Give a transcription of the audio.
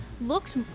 looked